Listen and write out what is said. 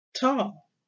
Tall